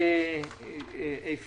אין